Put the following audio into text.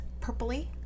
purpley